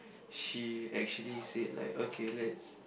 she actually said like okay let's